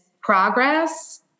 progress